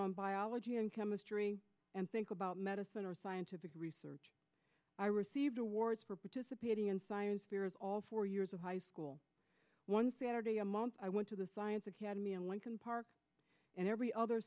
on biology and chemistry and think about medicine or scientific research i received awards for participating in science fairs all four years of high school one saturday a month i went to the science academy in lincoln park and every other